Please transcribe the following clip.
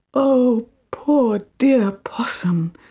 oh, poor dear possum,